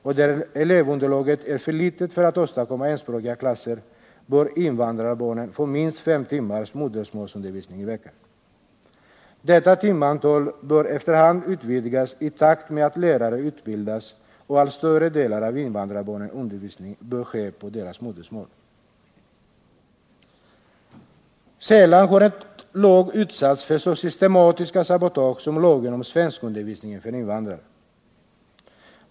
Om elevunderlaget är för litet för att man skall kunna åstadkomma enspråkiga klasser bör invandrarbarnen få minst fem timmars modersmålsundervisning i veckan. Detta timantal bör efter hand utvidgas, i takt med att lärare utbildas. En allt större del av invandrarbarnens undervisning bör ske på deras modersmål. Sällan har en lag utsatts för så systematiska sabotage som lagen om svenskundervisning för invandrare.